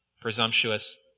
Presumptuous